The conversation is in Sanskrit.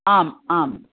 आम् आम्